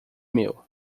meu